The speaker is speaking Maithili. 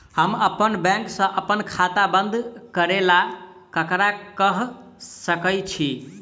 हम अप्पन बैंक सऽ अप्पन खाता बंद करै ला ककरा केह सकाई छी?